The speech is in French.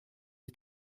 est